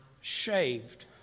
shaved